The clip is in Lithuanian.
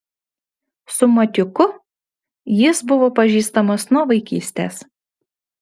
su matiuku jis buvo pažįstamas nuo vaikystės